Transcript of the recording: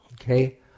Okay